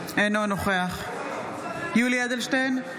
אינו נוכח יולי יואל אדלשטיין,